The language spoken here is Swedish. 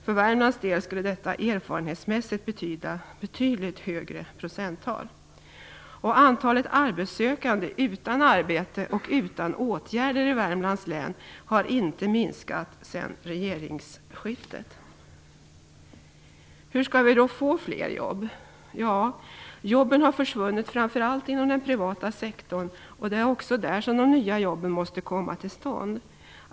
För Värmlands del skulle detta erfarenhetsmässigt betyda betydligt högre procenttal. Värmlands län har inte minskat sedan regeringsskiftet. Hur skall vi då få fler jobb? Jobben har försvunnit framför allt inom den privata sektorn. Det är också där som de nya jobben måste komma till stånd.